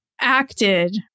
acted